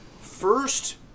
first